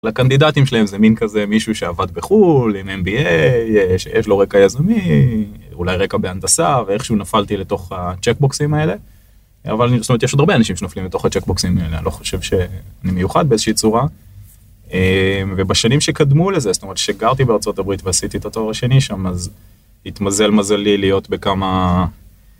לקנדידטים שלהם זה מין כזה מישהו שעבד בחול, עם MBA, יש לו רקע יזמי, אולי רקע בהנדסה, ואיכשהו נפלתי לתוך הצ'קבוקסים האלה. אבל יש עוד הרבה אנשים שנפלים לתוך הצ'קבוקסים האלה, אני לא חושב שאני מיוחד באיזושהי צורה. ובשנים שקדמו לזה, זאת אומרת, כשגרתי בארה״ב ועשיתי את התואר השני שם, אז התמזל מזלי להיות בכמה...